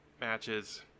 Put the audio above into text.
matches